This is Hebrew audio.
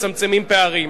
מצמצמים פערים,